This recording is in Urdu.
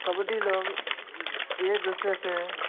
کبڈی لوگ ایک دوسرے سے